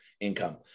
income